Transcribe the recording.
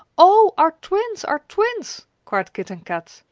oh, our twins! our twins! cried kit and kat.